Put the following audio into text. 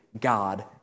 God